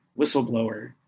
whistleblower